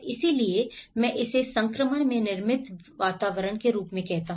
इसलिए मैं इसे संक्रमण में निर्मित वातावरण के रूप में कहता हूं